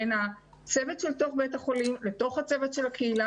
בין הצוות של תוך בית החולים לתוך הצוות של הקהילה